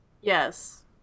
Yes